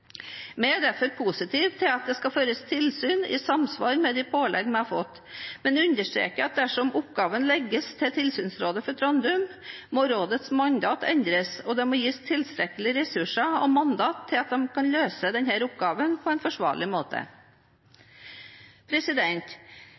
Vi er derfor positive til at det skal føres tilsyn i samsvar med de pålegg vi har fått, men understreker at dersom oppgaven legges til tilsynsrådet for Trandum, må rådets mandat endres, og de må gis tilstrekkelige ressurser og mandat til å løse oppgaven på en forsvarlig måte.